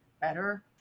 better